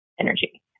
energy